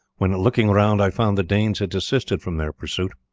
when, looking round, i found the danes had desisted from their pursuit.